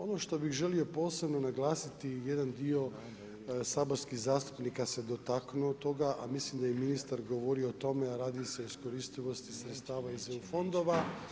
Ono što bih želio posebno naglasiti jedan dio saborskih zastupnika se dotaknuo toga, a mislim da je i ministar govorio o tome, a radi se o iskoristivosti sredstava iz EU fondova.